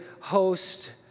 host